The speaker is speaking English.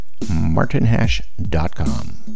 martinhash.com